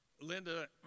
Linda